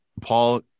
Paul